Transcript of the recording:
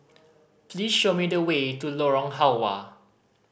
please show me the way to Lorong Halwa